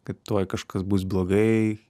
kad tuoj kažkas bus blogai